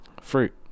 Fruit